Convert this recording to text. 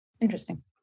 interesting